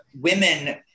women